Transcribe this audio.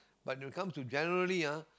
but when it comes to generally ah